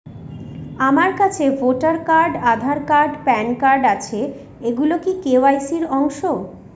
আমার কাছে voter card Aadhaar card PAN card আছে এগুলো কি কে.ওয়াই.সি র অংশ?